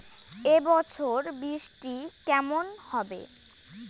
এবছর বৃষ্টি কেমন হবে?